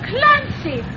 Clancy